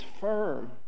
firm